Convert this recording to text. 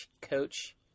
coach